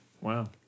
Wow